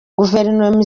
guverinoma